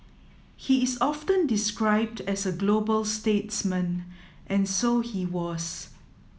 he is often described as a global statesman and so he was